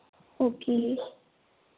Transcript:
okay